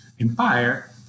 empire